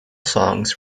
songs